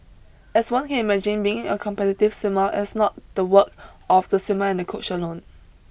as one can imagine being a competitive swimmer is not the work of the swimmer and the coach alone